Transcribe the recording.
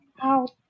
out